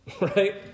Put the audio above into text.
Right